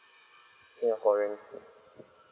singaporean